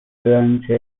grunge